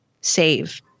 Save